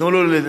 תנו לו לדבר.